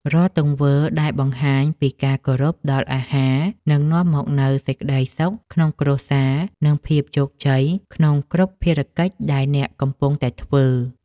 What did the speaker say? រាល់ទង្វើដែលបង្ហាញពីការគោរពដល់អាហារនឹងនាំមកនូវសេចក្តីសុខក្នុងគ្រួសារនិងភាពជោគជ័យក្នុងគ្រប់ភារកិច្ចដែលអ្នកកំពុងតែធ្វើ។